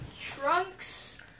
Trunks